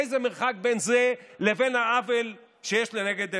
איזה מרחק בין זה לבין העוול שיש לנגד עינינו.